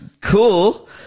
cool